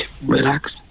Relax